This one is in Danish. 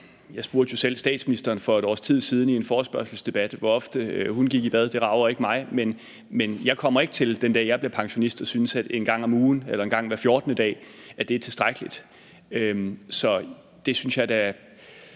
Jeg spurgte jo selv statsministeren for et års tid siden i en forespørgselsdebat om, hvor ofte hun gik i bad, og det rager ikke mig, men jeg kommer ikke til, den dag, jeg bliver pensionist, at synes, at en gang om ugen eller en gang hver 14. dag er tilstrækkeligt. Så det synes jeg da